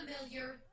familiar